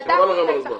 חבל לכם על הצמצום,